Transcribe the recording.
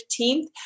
15th